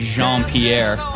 Jean-Pierre